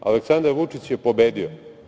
Aleksandar Vučić je pobedio.